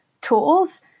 tools